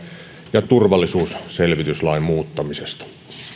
ja turvallisuusselvityslain muuttamisesta